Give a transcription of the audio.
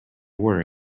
worry